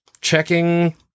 checking